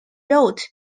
wrote